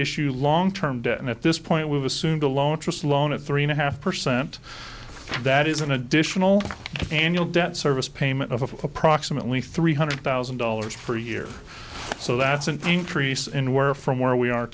issue long term debt and at this point we've assumed a low interest loan at three and a half percent that is an additional annual debt service payment of approximately three hundred thousand dollars per year so that's an increase in where from where we are